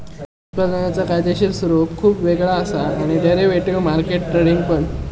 उत्पादनांचा कायदेशीर स्वरूप खुप वेगळा असा आणि डेरिव्हेटिव्ह मार्केट ट्रेडिंग पण